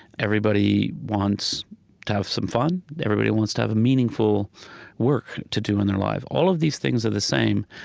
everybody wants to have some fun. everybody wants to have a meaningful work to do in their lives. all of these things are the same.